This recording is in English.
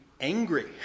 angry